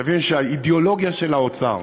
תבין שהאידיאולוגיה של האוצר,